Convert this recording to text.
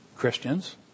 Christians